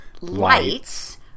lights